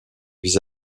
vis